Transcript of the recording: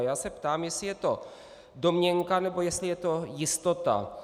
Já se ptám, jestli je to domněnka, nebo jestli je to jistota.